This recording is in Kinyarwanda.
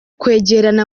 kwegerana